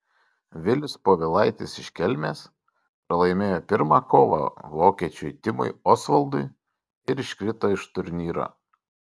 vilius povilaitis iš kelmės pralaimėjo pirmą kovą vokiečiui timui osvaldui ir iškrito iš turnyro